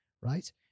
right